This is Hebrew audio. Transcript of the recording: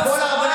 חבר הכנסת בוסו,